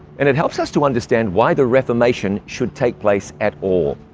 and it helps us to understand why the reformation should take place at all.